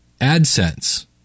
AdSense